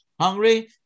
hungry